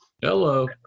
Hello